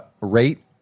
rate